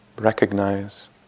Recognize